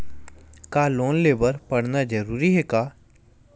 का लोन ले बर पढ़ना जरूरी हे का?